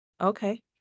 Okay